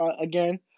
again